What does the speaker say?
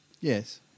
Yes